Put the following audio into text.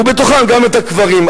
ובתוכן גם את הקברים,